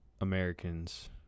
Americans